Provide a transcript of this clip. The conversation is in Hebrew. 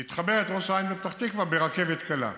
היא תחבר את ראש העין ופתח תקווה ברכבת קלה,